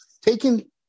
taking